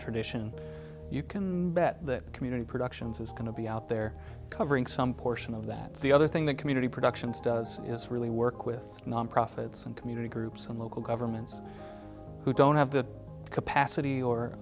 tradition you can bet that community productions is going to be out there covering some portion of that the other thing the community productions does is really work with nonprofits and community groups and local governments who don't have the capacity or